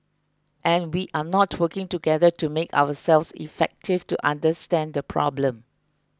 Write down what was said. and we are not working together to make ourselves effective to understand the problem